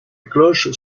cloches